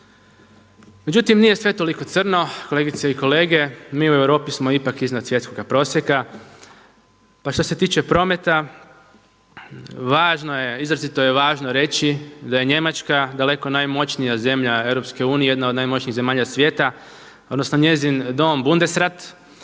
Međutim, nije sve toliko crno, kolegice i kolege, mi u Europi smo ipak iznad svjetskoga prosjeka. Pa što se tiče prometa važno je, izrazito je važno reći da je Njemačka daleko najmoćnija zemlja EU, jedna od najmoćnijih zemalja svijeta, odnosno njezin dom Bundesrat